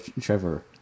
Trevor